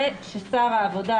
וששר העבודה,